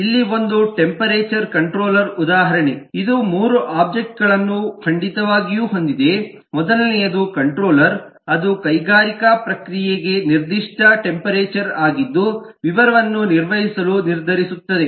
ಇಲ್ಲಿ ಒಂದು temperature controller ಉದಾಹರಣೆ ಇದು ಮೂರು ಒಬ್ಜೆಕ್ಟ್ಗಳನ್ನು ಖಂಡಿತವಾಗಿಯೂ ಹೊಂದಿದೆ ಮೊದಲನೆಯದು ಕಂಟ್ರೋಲರ್ ಅದು ಕೈಗಾರಿಕಾ ಪ್ರಕ್ರಿಯೆಗೆ ನಿರ್ದಿಷ್ಟ ಟೆಂಪರೇಚರ್ ಆಗಿದ್ದು ವಿವರವನ್ನು ನಿರ್ವಹಿಸಲು ನಿರ್ಧರಿಸುತ್ತದೆ